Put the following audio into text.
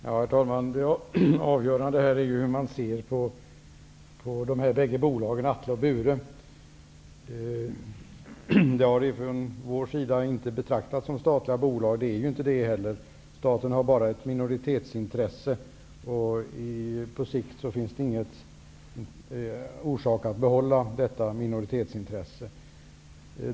Herr talman! Det avgörande är hur man ser på dessa bolag. De har från vår sida inte betraktats som statliga bolag. Det är de inte heller. Staten har bara ett minoritetsintresse. På sikt finns det ingen orsak att behålla detta minoritetsintresse.